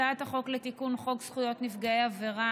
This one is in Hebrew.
הצעת החוק לתיקון חוק זכויות נפגעי עבירה